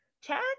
check